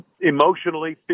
emotionally